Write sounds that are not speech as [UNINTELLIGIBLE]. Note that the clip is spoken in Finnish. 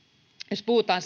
jos puhutaan [UNINTELLIGIBLE]